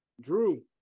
Drew